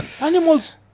Animals